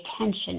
attention